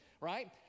right